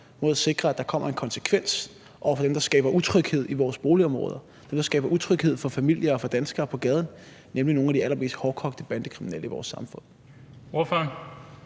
mod at sikre, at der kommer en konsekvens over for dem, der skaber utryghed i vores boligområder, dem, der skaber utryghed for familier og for danskere på gaden, nemlig nogle af de allermest hårdkogte bandekriminelle i vores samfund.